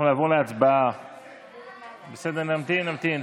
אנחנו נעבור להצבעה, בסדר, נמתין, נמתין,